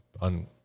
on